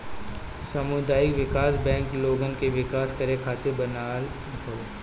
सामुदायिक विकास बैंक लोगन के विकास करे खातिर बनल हवे